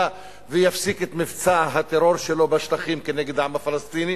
ויפסיק את מבצע הטרור שלו בשטחים נגד העם הפלסטיני,